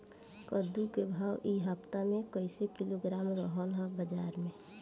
कद्दू के भाव इ हफ्ता मे कइसे किलोग्राम रहल ह बाज़ार मे?